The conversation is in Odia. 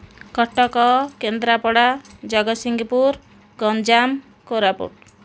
କଟକ କେନ୍ଦ୍ରାପଡ଼ା ଜଗସିଂହପୁର ଗଞ୍ଜାମ କୋରାପୁଟ